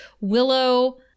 Willow